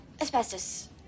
Asbestos